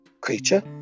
creature